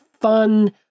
fun